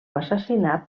assassinat